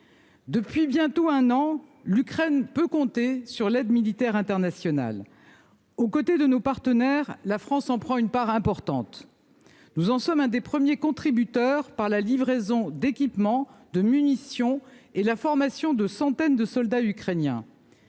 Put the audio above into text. Depuis bientôt un an. L'Ukraine peut compter sur l'aide militaire internationale. Aux côtés de nos partenaires, la France s'en prend une part importante. Nous en sommes un des premiers contributeurs par la livraison d'équipements de munitions et la formation de centaines de soldats ukrainiens.